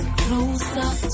closer